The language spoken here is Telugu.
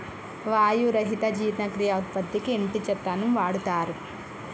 వాయి రహిత జీర్ణక్రియ ఉత్పత్తికి ఇంటి చెత్తను వాడుతారు